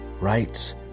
right